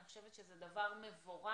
אני חושבת שזה דבר מבורך,